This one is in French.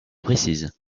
précise